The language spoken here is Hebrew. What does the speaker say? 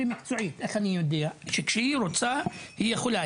אני יודע זאת כי כשהיא רוצה היא יכולה,